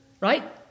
Right